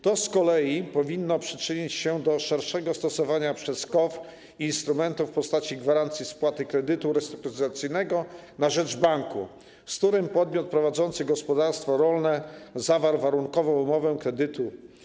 To z kolei powinno przyczynić się do szerszego stosowania przez KOWR instrumentu w postaci gwarancji spłaty kredytu restrukturyzacyjnego na rzecz banku, z którym podmiot prowadzący gospodarstwo rolne zawarł warunkową umowę kredytu.